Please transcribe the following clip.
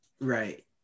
Right